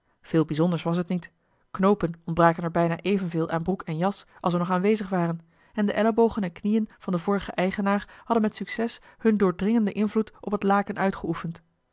veel bijzonders was het niet knoopen ontbraken er bijna evenveel aan broek en jas als er nog aanwezig waren en de ellebogen en knieën van den vorigen eigenaar hadden met succes hun doordringenden invloed op het laken uitgeoefend